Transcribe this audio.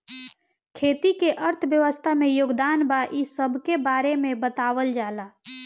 खेती के अर्थव्यवस्था में योगदान बा इ सबके बारे में बतावल जाला